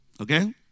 Okay